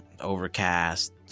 Overcast